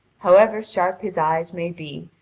however sharp his eyes may be,